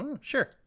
sure